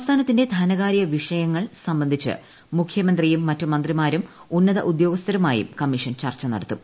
സംസ്ഥാനത്തിന്റെ ധനകാര്യ പ്രിഷ്യങ്ങൾ സംബന്ധിച്ച് മുഖ്യമന്ത്രിയും മറ്റു മന്ത്രിമാരും ഉന്നത ഉദ്യോഗസ്ഥരുമായും കമ്മീഷൻ ചർച്ച നടത്തും